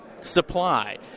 Supply